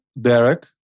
Derek